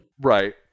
Right